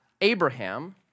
Abraham